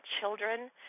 children